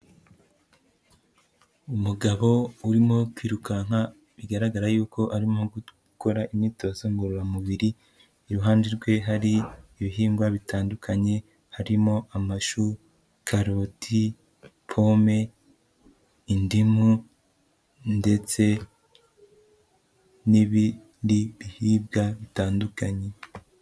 Umugabo urimo kwirukanka bigaragara yuko arimo gukora imyitozo ngororamubiri, iruhande rwe hari ibihingwa bitandukanye harimo: amashu, karoti, pome, indimu ndetse n'ibiribwa bitandukanye.